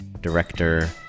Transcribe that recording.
director